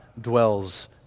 dwells